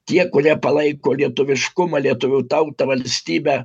tie kurie palaiko lietuviškumą lietuvių tautą valstybę